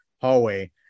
hallway